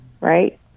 right